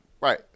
Right